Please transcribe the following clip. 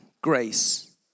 grace